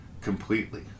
completely